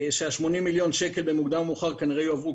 ש-80 מיליון השקלים במוקדם או במאוחר כנראה יועברו,